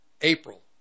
April